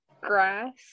grass